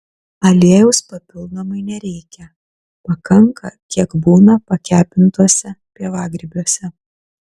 aliejaus papildomai nereikia pakanka kiek būna pakepintuose pievagrybiuose